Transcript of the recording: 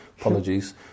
apologies